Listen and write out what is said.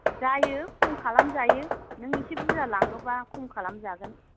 जायो खम खालाम जायो नों एसे बुरजा लाङोब्ला खम खालाम जागोन